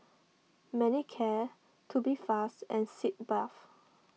Manicare Tubifast and Sitz Bath